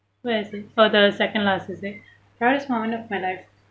where is it oh the second last is it proudest moment of my life